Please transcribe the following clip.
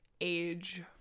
age